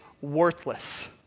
worthless